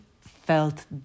felt